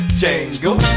jingle